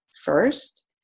first